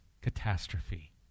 catastrophe